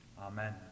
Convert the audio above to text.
Amen